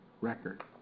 record